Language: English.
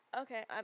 okay